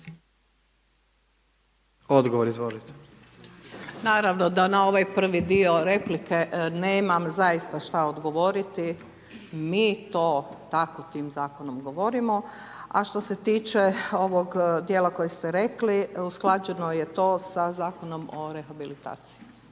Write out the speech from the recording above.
Nada (HDZ)** Naravno da na ovaj prvi dio replike nemam zaista šta odgovoriti, mi to tako tim zakonom govorimo, a što se tiče ovog dijela koji ste rekli usklađenom je to sa Zakonom o rehabilitaciji.